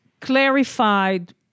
clarified